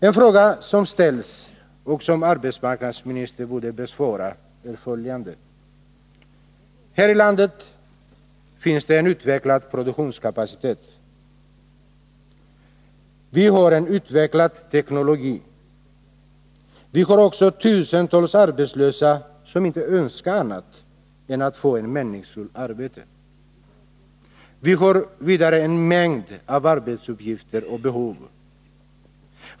En fråga som ställs och som arbetsmarknadsministern borde besvara är följande. Här i landet finns det en utvecklad produktionskapacitet. Vi har en utvecklad teknologi. Vi har också tusentals arbetslösa som inte önskar annat än att få ett meningsfullt arbete. Vi har vidare en mängd arbetsuppgifter och behov.